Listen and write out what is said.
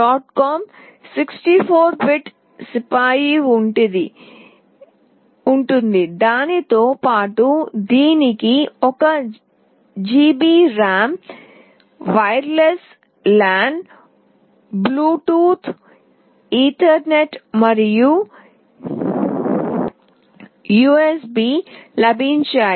2 GHz Broadcom 64 bit CPU ఉంటుంది దానితో పాటు దీనికి 1 GB RAM wireless LAN Bluetooth Ethernet మరియు యుఎస్బి లభించాయి